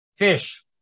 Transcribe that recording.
Fish